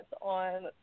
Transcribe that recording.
on